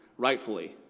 rightfully